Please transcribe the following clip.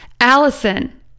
Allison